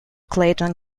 clayton